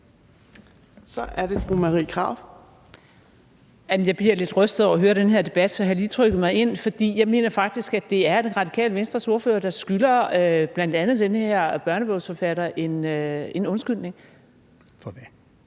Marie Krarup (DF): Jeg bliver lidt rystet over at høre den her debat dag, så jeg har lige trykket mig ind. Jeg mener faktisk, at det er Det Radikale Venstres ordfører, der skylder bl.a. den her børnebogsforfatter en undskyldning. For det,